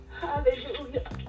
Hallelujah